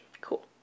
Cool